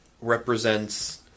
represents